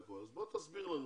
אז תסביר לנו.